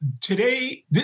today